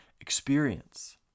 experience